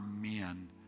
men